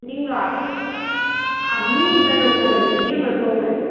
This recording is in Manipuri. ꯃꯤꯡꯂꯣ ꯃꯤꯡꯗꯣ ꯀꯩꯅꯣ ꯀꯧꯕꯅꯤ ꯏꯕꯦꯝꯃ ꯀꯧꯕꯅꯤ